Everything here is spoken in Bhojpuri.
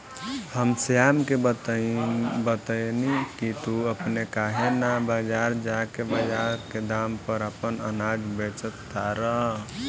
हम श्याम के बतएनी की तू अपने काहे ना बजार जा के बजार के दाम पर आपन अनाज बेच तारा